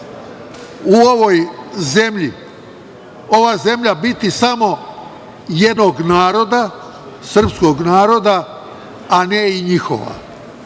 u ovoj zemlji ova zemlja biti samo jednog naroda, srpskog naroda, a ne i njihova.